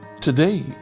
Today